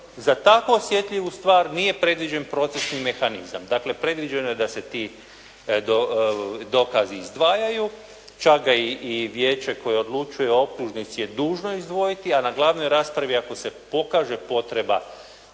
za tako osjetljivu stvar nije predviđen procesni mehanizam. Dakle, predviđeno je da se ti dokazi izdvajaju, čak ga i vijeće koje odlučuje o optužnici je dužno izdvojiti, a na glavnoj raspravi ako se pokaže potreba